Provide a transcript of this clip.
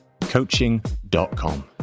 coaching.com